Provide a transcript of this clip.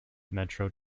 metro